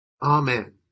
Amen